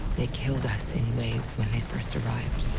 they killed us in waves when they first arrived.